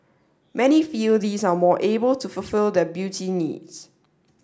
many feel these are more able to fulfil their beauty needs